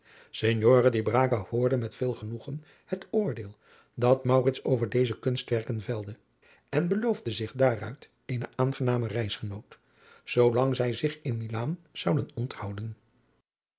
braga hoorde met veel genoegen het oordeel dat maurits over deze kunstwerken velde en beloofde zich daaruit eenen aangenamen reisgenoot zoolang zij zich in milaan zouden onthouden